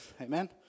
Amen